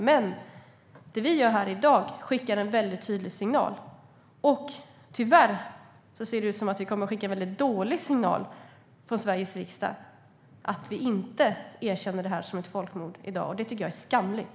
Men det vi gör här i dag skickar en tydlig signal, och tyvärr ser det ut som att vi kommer att skicka en väldigt dålig signal från Sveriges riksdag att vi inte erkänner det här som ett folkmord i dag. Det tycker jag är skamligt.